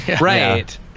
right